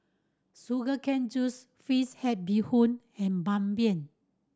sugar cane juice fish head bee hoon and Ban Mian